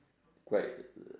quite (uh huh)